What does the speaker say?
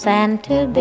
Santa